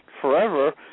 forever